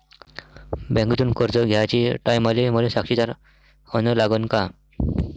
बँकेतून कर्ज घ्याचे टायमाले मले साक्षीदार अन लागन का?